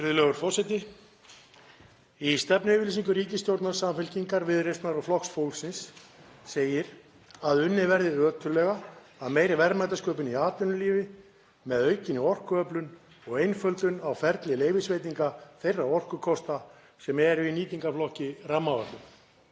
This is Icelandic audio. Virðulegur forseti. Í stefnuyfirlýsingu ríkisstjórnar Samfylkingar, Viðreisnar og Flokks fólksins segir að unnið verði ötullega að meiri verðmætasköpun í atvinnulífi með aukinni orkuöflun og einföldun á ferli leyfisveitinga þeirra orkukosta sem eru í nýtingarflokki rammaáætlunar,